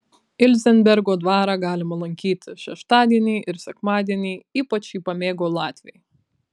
ilzenbergo dvarą galima lankyti šeštadienį ir sekmadienį ypač jį pamėgo latviai